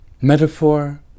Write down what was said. Metaphor